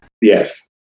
yes